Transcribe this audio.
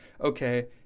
okay